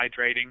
hydrating